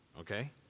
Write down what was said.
Okay